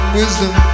wisdom